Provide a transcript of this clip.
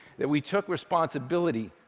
that we took responsibility